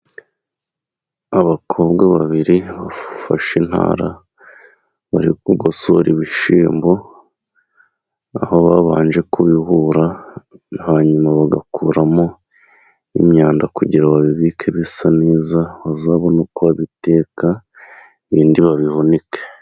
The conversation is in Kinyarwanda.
Abakobwa babiri bafashe intara, bari gugosora ibishyimbo aho babanje kubihura, hanyuma bagakuramo imyanda kugira babibike bisa neza uzabona uko babiteka ibindi babihunike.